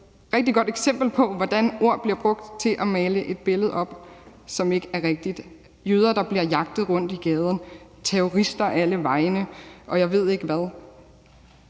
et rigtig godt eksempel på, hvordan ord bliver brugt til at male et billede, som ikke er rigtigt, med jøder, der bliver jagtet rundt i gaden, med terrorister alle vegne, og jeg ved ikke hvad.